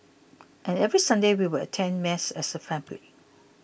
and every Sunday we would attend mass as a family